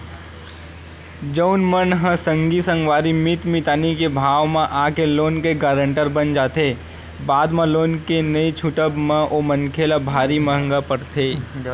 जउन मन ह संगी संगवारी मीत मितानी के भाव म आके लोन के गारेंटर बन जाथे बाद म लोन के नइ छूटब म ओ मनखे ल भारी महंगा पड़थे